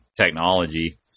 technology